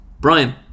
Brian